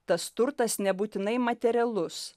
tas turtas nebūtinai materialus